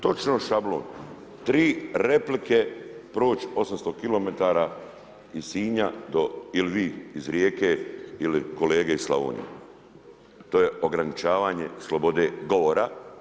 Točno šablona 3 replike proći 800 km iz Sinja ili vi iz Rijeke ili kolege iz Slavonije to je ograničavanje slobode govora.